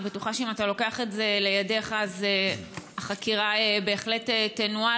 אני בטוחה שאם אתה לוקח את זה לידיך אז החקירה בהחלט תנוהל.